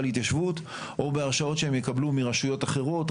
להתיישבות או בהרשאות שהם יקבלו מרשויות אחרות,